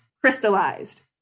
crystallized